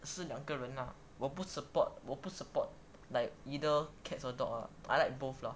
是两个人 ah 我不 support 我不 support like either cat or dog lah I like both lah